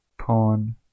pawn